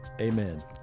amen